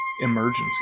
emergency